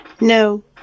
No